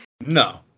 No